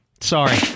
Sorry